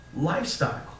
lifestyle